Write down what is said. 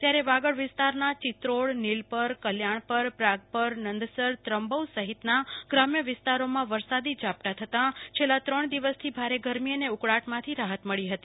ત્યારે વાગડ વિસ્તારના ચિત્રોડ નીલપર કલ્યાણપર પ્રાગપર નંદસર ત્રંબો સહીતના વિસ્તરોમાં વરસાદી ઝપતા થતા છેલ્લા ત્રણ દિવસથી ભારે ગરમી અને ઉકળાટ માંથી રાહત મળી હતી